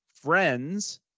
friends